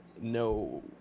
no